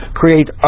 create